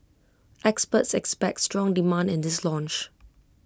experts expect strong demand in this launch